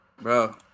bro